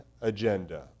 agenda